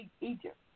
Egypt